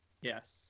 yes